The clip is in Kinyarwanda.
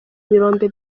birombe